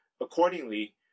accordingly